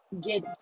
get